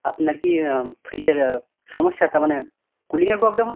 আপনার কি ফ্রিজের সমস্যাটা মানে কুলিংয়ের প্রবলেম হচ্ছে